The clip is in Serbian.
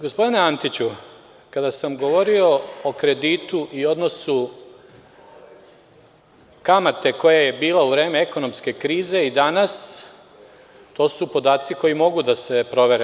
Gospodine Antiću, kada sam govorio o kreditu i odnosu kamate koja je bila u vreme ekonomske krize i danas, to su podaci koji mogu da se proveri.